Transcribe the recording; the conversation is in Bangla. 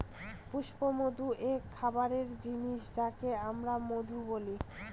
পুষ্পমধু এক খাবারের জিনিস যাকে আমরা মধু বলি